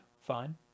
fine